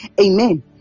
Amen